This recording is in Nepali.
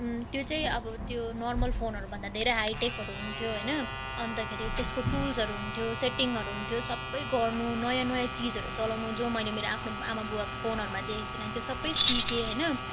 त्यो चाहिँ अब त्यो नर्मल फोनहरू भन्दा धेरै हाइटेकहरू हुन्थ्यो होइन अन्तखेरि त्यसको टुल्सहरू हुन्थ्यो सेटिङहरू हुन्थ्यो सब गर्नु नयाँ नयाँ चिजहरू चलाउनु जो मैले मेरो आफ्नो आमा बुबाको फोनहरूमा देखेको थिएन त्यो सब सिकेँ होइन